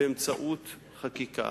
באמצעות חקיקה.